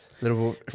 little